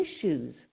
issues